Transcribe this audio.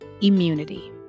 immunity